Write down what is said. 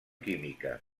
química